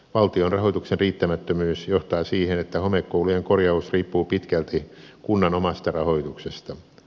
valtion rahoituksen riittämättömyys johtaa siihen että homekoulujen korjaus riippuu pitkälti kunnan omasta rahoituksesta